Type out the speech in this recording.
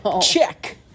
Check